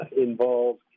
involved